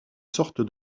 sorte